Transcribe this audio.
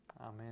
amen